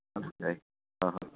થઇ જાય હ હ